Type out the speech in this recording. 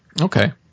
Okay